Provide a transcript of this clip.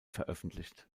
veröffentlicht